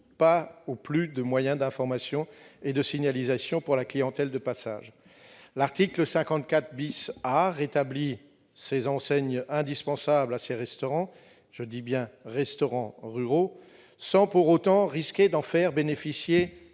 pas ou plus de moyens d'information et de signalisation pour la clientèle de passage. L'article 54 A a rétabli les enseignes indispensables à ces restaurants ruraux- je parle bien des restaurants ruraux -, sans pour autant risquer d'en faire bénéficier